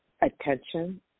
attention